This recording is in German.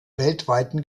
weltweiten